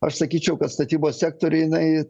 aš sakyčiau kad statybos sektoriuj jinai